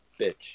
bitch